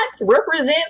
represent